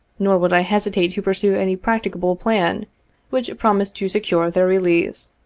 nor would i hesitate to pursue any practicable plan which promised to secure their release.